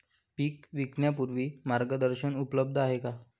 पीक विकण्यापूर्वी मार्गदर्शन उपलब्ध आहे का?